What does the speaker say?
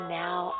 now